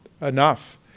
enough